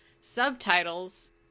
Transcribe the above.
subtitles